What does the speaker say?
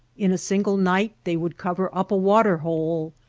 in a single night they would cover up a water hole,